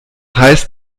heißt